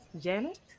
Janet